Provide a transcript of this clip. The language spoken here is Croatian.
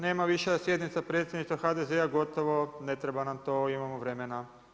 Nema više sjednica predsjedništva HDZ-a, gotovo, ne treba nam to, imamo vremena.